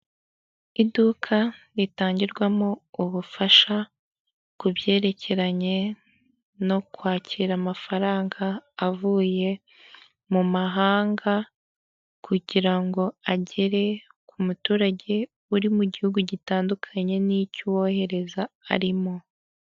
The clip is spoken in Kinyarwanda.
Iduka ritangirwamo ubufasha ku byerekeranye no kwakira amafaranga avuye mahanga, kugirango agere ku muturage uri mu gihugu gitandukanye n'icyo uwohereza arimo.